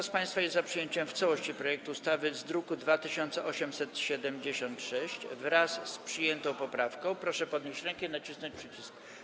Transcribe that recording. Kto z państwa jest za przyjęciem w całości projektu ustawy w brzmieniu z druku nr 2876, wraz z przyjętą poprawką, proszę podnieść rękę i nacisnąć przycisk.